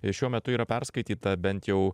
ir šiuo metu yra perskaityta bent jau